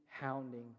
hounding